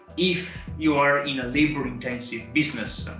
if you're in a labor-intensive business.